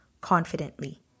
confidently